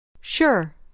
Sure